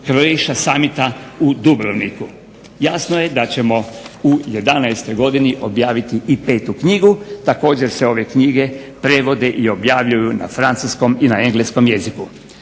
Croatia summita u Dubrovniku. Jasno je da ćemo u '11. godini objaviti i petu knjigu. Također se ove knjige prevode i objavljuju na francuskom i na engleskom jeziku.